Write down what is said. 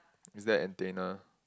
is that a antenna